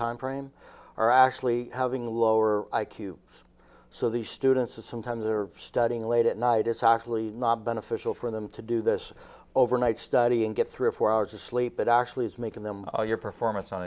time frame are actually having lower i q so these students are sometimes they're studying late at night it's actually not beneficial for them to do this overnight study and get three or four hours of sleep it actually is making them your performance on